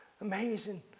Amazing